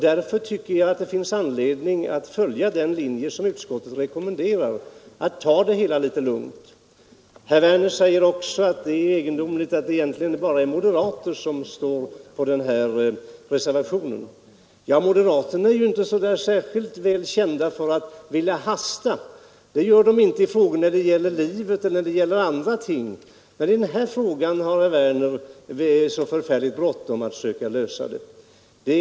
Därför tycker jag det finns anledning att följa den linje som utskottet rekommenderar, att ta det litet lugnt. Herr Werner säger också att det är egendomligt att bara moderater står bakom reservationen. Ja, moderaterna är ju inte precis kända för att vilja hasta — det gör de varken i frågor som gäller livet eller andra frågor. Men den här frågan har herr Werner förfärligt bråttom att försöka lösa.